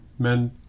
Men